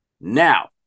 now